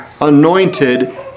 anointed